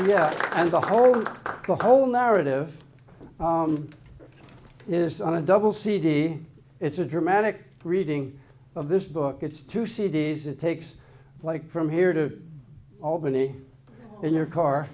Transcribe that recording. yeah and the whole the whole narrative it is on a double cd it's a dramatic reading of this book it's two c d s it takes place from here to albany in your car